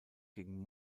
gegen